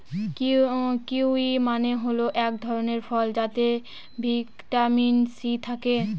kiwi মানে হল এক ধরনের ফল যাতে ভিটামিন সি থাকে